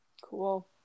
Cool